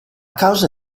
causa